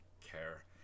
care